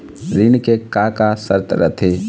ऋण के का का शर्त रथे?